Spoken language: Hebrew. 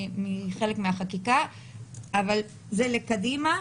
חלק מהחקיקה אבל זה קדימה.